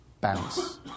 bounce